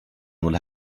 would